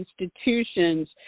institutions